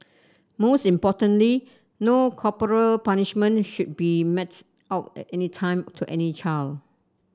most importantly no corporal punishment should be metes out at any time to any child